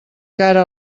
cara